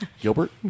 Gilbert